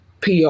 PR